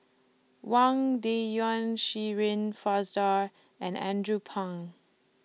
Wang Dayuan Shirin Fozdar and Andrew Phang